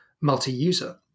multi-user